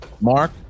Mark